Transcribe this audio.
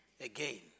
again